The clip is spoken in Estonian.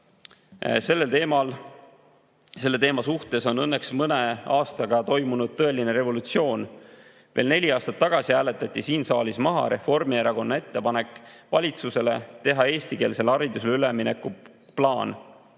Sellesse teemasse suhtumises on õnneks mõne aastaga toimunud tõeline revolutsioon. Veel neli aastat tagasi hääletati siin saalis maha Reformierakonna ettepanek valitsusele teha eestikeelsele haridusele ülemineku plaan.